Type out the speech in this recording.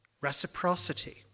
Reciprocity